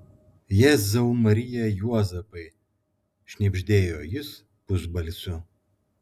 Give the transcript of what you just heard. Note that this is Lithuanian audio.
jėzau marija juozapai šnibždėjo jis pusbalsiu